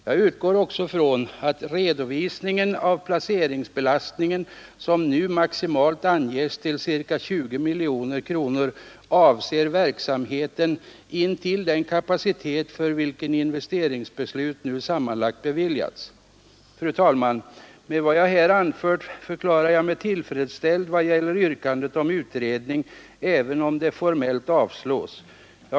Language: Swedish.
Jag utgår också från att redovisningen av placeringsbelastningen, som nu maximalt anges till ca 20 miljoner kronor, avser verksamheten intill den kapacitet för vilken investeringsbeslut nu sammanlagt beviljats Fru talman, med vad jag här anfört förklarar jag mig tillfredsställd i Nr 132 år ” 1 int Fö h tondotkldand Onsdagen den FECKNEN med SKOR de je.